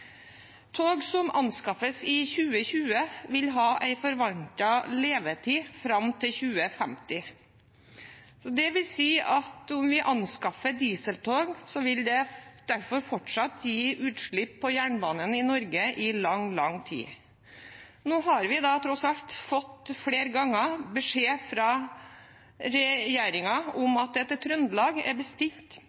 Tog som anskaffes i 2020, vil ha en forventet levetid fram til 2050. Det vil si at om vi anskaffer dieseltog, vil det derfor fortsatt gi utslipp på jernbanen i Norge i lang, lang tid. Nå har vi tross alt flere ganger fått beskjed fra regjeringen om at det til Trøndelag er bestilt